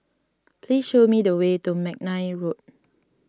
please show me the way to McNair Road